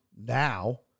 now